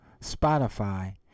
Spotify